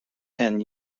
ten